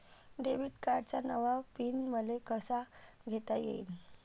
Debit कार्डचा नवा PIN मले कसा घेता येईन?